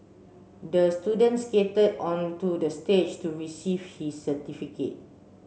the student skated onto the stage to receive his certificate